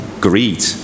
greed